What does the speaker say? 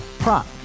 Prop